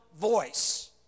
voice